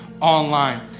online